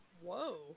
Whoa